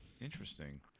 Interesting